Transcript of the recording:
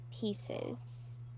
pieces